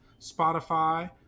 Spotify